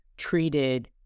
treated